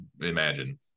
imagine